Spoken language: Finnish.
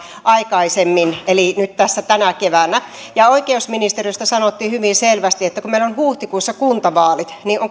jo aikaisemmin eli nyt tässä tänä keväänä ja oikeusministeriöstä sanottiin hyvin selvästi että kun meillä on huhtikuussa kuntavaalit